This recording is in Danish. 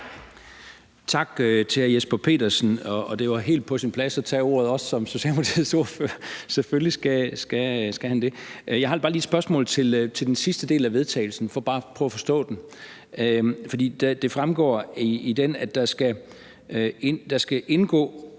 Tak til Jesper Petersen. Og det var helt på sin plads at tage ordet som Socialdemokratiets ordfører – selvfølgelig skal han det. Jeg har bare lige et spørgsmål til den sidste del af forslaget til vedtagelse, bare for at prøve at forstå den. Det fremgår i den, at der skal indgå